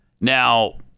Now